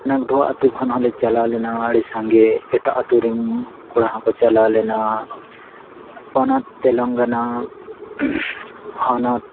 ᱱᱟᱜᱽᱫᱷᱚᱣᱟ ᱟᱹᱛᱩ ᱠᱷᱚᱱ ᱦᱚᱸᱞᱮ ᱪᱟᱞᱟᱣ ᱞᱮᱱᱟ ᱟᱹᱰᱤ ᱥᱟᱸᱜᱮ ᱮᱴᱟᱜ ᱟᱹᱛᱩ ᱨᱮᱱ ᱠᱚᱲᱟ ᱦᱚᱸᱠᱚ ᱪᱟᱞᱟᱣ ᱞᱮᱱᱟ ᱯᱚᱱᱚᱛ ᱛᱮᱞᱮᱝᱜᱟᱱᱟ ᱦᱚᱱᱚᱛ